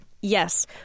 Yes